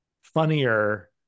funnier